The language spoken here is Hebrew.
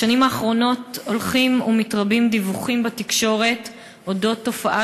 בשנים האחרונות הולכים ומתרבים דיווחים בתקשורת על אודות תופעה